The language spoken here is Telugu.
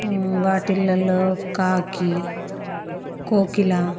వాటిల్లో కాకి కోకిల